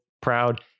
proud